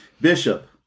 Bishop